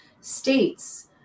states